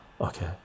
okay